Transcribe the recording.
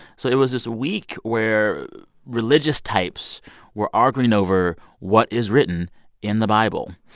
so it was this week where religious types were arguing over what is written in the bible.